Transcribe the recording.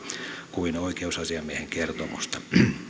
kuin oikeusasiamiehen kertomusta